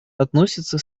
относятся